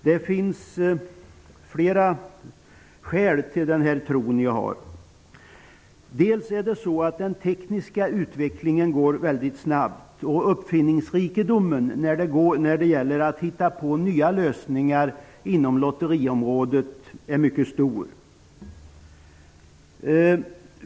Det finns flera skäl till denna min tro. Dels är den tekniska utvecklingen mycket snabb, dels är uppfinningsrikedomen när det gäller att hitta på nya lösningar inom lotteriområdet mycket stor.